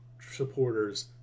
supporters